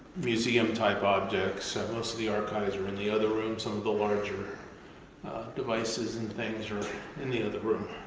museum-type objects. and most of the archives are in the other room. some of the larger devices and things are in the other room.